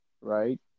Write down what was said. right